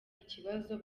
ikibazo